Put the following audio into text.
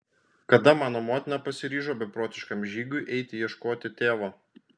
kada mano motina pasiryžo beprotiškam žygiui eiti ieškoti tėvo